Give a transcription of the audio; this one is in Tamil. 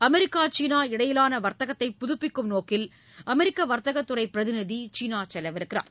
அமெிக்கா சீனா இடையிலான வர்த்தகத்தை புதுப்பிக்கும் நோக்கில் அமெரிக்க வர்த்தக துறை பிரதிநிதி சீனா செல்லவிருக்கிறார்